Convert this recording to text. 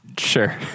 Sure